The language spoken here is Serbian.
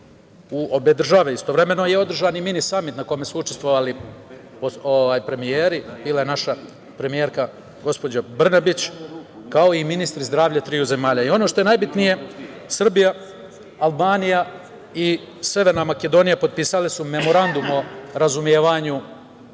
u obe države. Istovremeno je održan i mini samit na kome su učestvovali premijeri. Bila je naša premijerka, gospođa Brnabić, kao i ministri zdravlja triju zemalja. Ono što je najbitnije Srbija, Albanija i Severna Makedonija potpisale su Memorandum o razumevanju